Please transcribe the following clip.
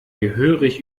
gehörig